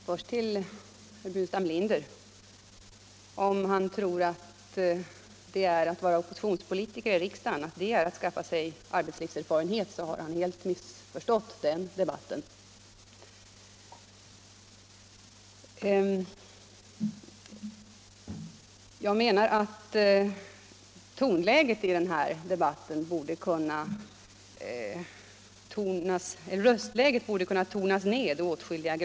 Herr talman! Först vill jag säga till herr Burenstam Linder: Om han tror att det är att skaffa sig arbetslivserfarenhet att vara oppositionspolitiker i riksdagen så har han helt missförstått den debatten. Jag menar att röstläget i den här debatten borde kunna tonas ner åtskilligt.